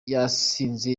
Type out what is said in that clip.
yasinze